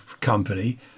company